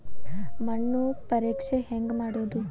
ಮಣ್ಣು ಪರೇಕ್ಷೆ ಹೆಂಗ್ ಮಾಡೋದು?